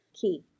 key